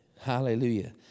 Hallelujah